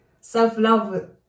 self-love